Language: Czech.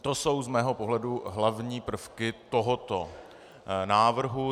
To jsou z mého pohledu hlavní prvky tohoto návrhu.